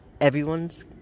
everyone's